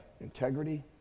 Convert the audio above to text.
integrity